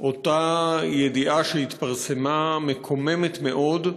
אותה ידיעה שהתפרסמה, מקוממת מאוד,